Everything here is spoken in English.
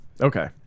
Okay